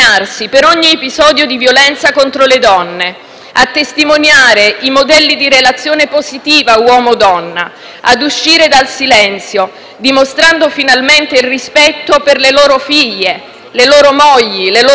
a testimoniare i modelli di relazione positiva tra uomo e donna, ad uscire dal silenzio dimostrando, finalmente, il rispetto per le loro figlie, le loro mogli, le loro fidanzate, le loro amiche, le loro colleghe